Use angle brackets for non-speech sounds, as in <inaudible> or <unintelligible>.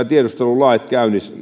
<unintelligible> tiedustelulait